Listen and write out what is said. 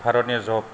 भारतानि जब